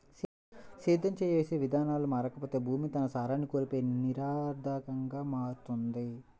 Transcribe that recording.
సేద్యం చేసే విధానాలు మారకపోతే భూమి తన సారాన్ని కోల్పోయి నిరర్థకంగా మారుతుంది